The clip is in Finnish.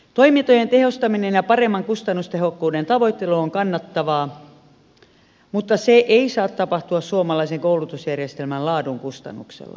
toimintojen tehostaminen ja paremman kustannustehokkuuden tavoittelu on kannatettavaa mutta se ei saa tapahtua suomalaisen koulutusjärjestelmän laadun kustannuksella